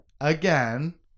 again